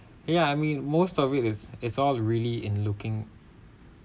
ya I mean most of it is it's all really in looking